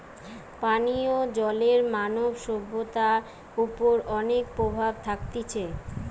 পানীয় জলের মানব সভ্যতার ওপর অনেক প্রভাব থাকতিছে